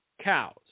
cows